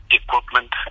equipment